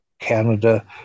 Canada